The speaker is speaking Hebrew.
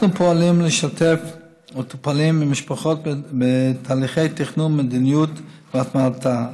אנחנו פועלים לשתף מטופלים ומשפחות בתהליכי תכנון מדיניות והטמעתה.